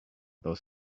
those